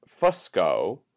Fusco